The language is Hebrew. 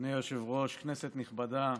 אדוני היושב-ראש, כנסת נכבדה,